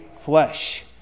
flesh